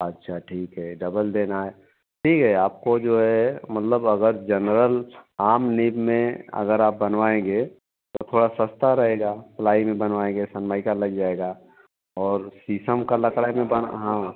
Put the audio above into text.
अच्छा ठीक है डबल देना है ठीक है आपको जो है मतलब अगर जनरल आम में अगर बनवाएंगे तो थोड़ा सस्ता रहेगा प्लाइ में बनवाएंगे सनमाइका लग जाएगा और शीशम का लकड़ी में बन हाँ